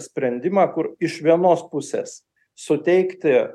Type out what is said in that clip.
sprendimą kur iš vienos pusės suteikti